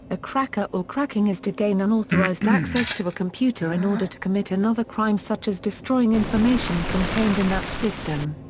a cracker or cracking is to gain unauthorized access to a computer in order to commit another crime such as destroying information contained in that system.